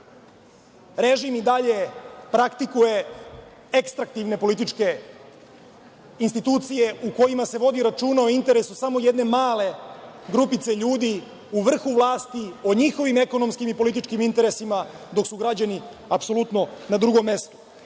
režim i dalje praktikuje ekstrativne političke institucije u kojima se vodi računa o interesu samo jedne male grupice ljudi u vrhu vlasti, o njihovim ekonomskim i političkim interesima dok su građani apsolutno na drugom mestu. Kada